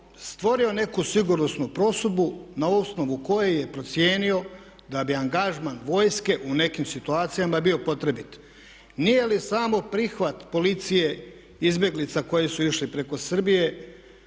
stvorio neku sigurnosnu prosudbu na osnovu koje je procijenio da bi angažman vojske u nekim situacijama bio potrebit. Nije li samo prihvat policije izbjeglica koji su išli preko Srbije